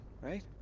right